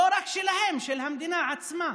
לא רק שלהם, של המדינה עצמה.